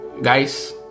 Guys